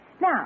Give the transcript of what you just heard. Now